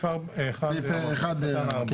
בסדר.